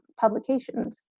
publications